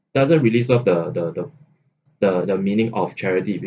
doesn't really serve the the the the the meaning of charity